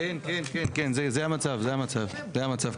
כן כן, זה המצב כרגע.